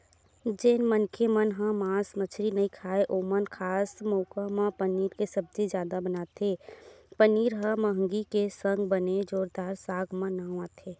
जेन मनखे मन ह मांस मछरी नइ खाय ओमन खास मउका म पनीर के सब्जी जादा बनाथे पनीर ह मंहगी के संग बने जोरदार साग म नांव आथे